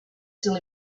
still